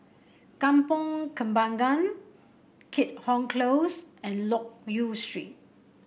Kampong Kembangan Keat Hong Close and Loke Yew Street